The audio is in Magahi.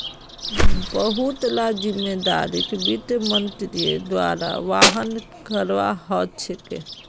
बहुत ला जिम्मेदारिक वित्त मन्त्रीर द्वारा वहन करवा ह छेके